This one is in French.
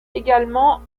également